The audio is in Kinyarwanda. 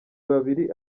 babiri